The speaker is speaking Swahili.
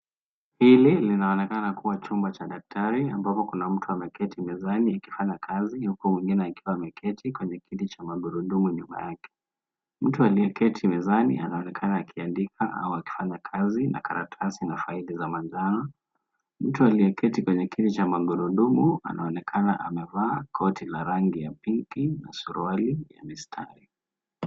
Hili, linaonekana kuwa chumba cha daktari ambapo kuna mtu ameketi mezani akifanya kazi, yuko mwingine akiwa ameketi kwenye kiti cha magurudumu nyuma yake. Mtu aliyeketi mezani anaonekana akiandika au akifanya kazi na karatasi na faili za manjano. Mtu aliyeketi kwenye kiti cha magurudumu anaonekana amevaa koti la rangi ya pinki na suruali ya mistari.